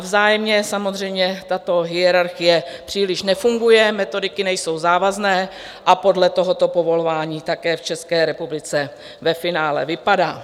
Vzájemně samozřejmě tato hierarchie příliš nefunguje, metodiky nejsou závazné a podle toho povolování také v České republice ve finále vypadá.